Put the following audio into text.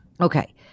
Okay